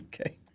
Okay